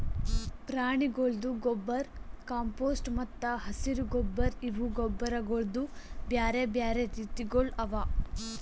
ಪ್ರಾಣಿಗೊಳ್ದು ಗೊಬ್ಬರ್, ಕಾಂಪೋಸ್ಟ್ ಮತ್ತ ಹಸಿರು ಗೊಬ್ಬರ್ ಇವು ಗೊಬ್ಬರಗೊಳ್ದು ಬ್ಯಾರೆ ಬ್ಯಾರೆ ರೀತಿಗೊಳ್ ಅವಾ